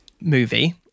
movie